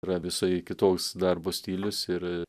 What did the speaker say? yra visai kitoks darbo stilius ir